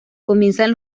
comienzan